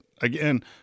again